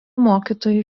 mokytojų